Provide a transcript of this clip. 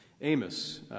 Amos